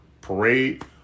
parade